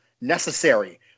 necessary